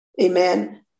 amen